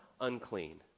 unclean